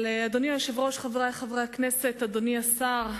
אדוני היושב-ראש, חברי חברי הכנסת, אדוני השר,